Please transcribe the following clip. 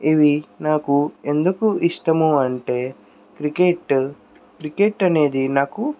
ఇవి నాకు ఎందుకు ఇష్టము అంటే క్రికెట్టు క్రికెట్ అనేది నాకు